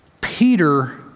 Peter